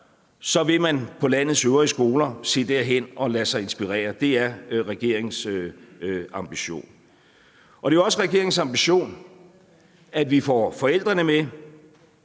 vil man på landets øvrige skoler se derhen og lade sig inspirere. Det er regeringens ambition. Det er også regeringens ambition, at vi får forældrene med.